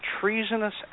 treasonous